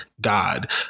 God